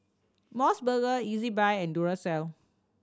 Mos Burger Ezbuy and Duracell